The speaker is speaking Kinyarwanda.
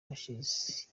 ashes